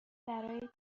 برای